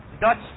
Dutch